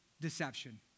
deception